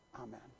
amen